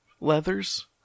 Leathers